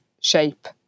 shape